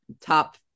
top